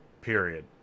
Period